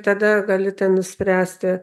tada galite nuspręsti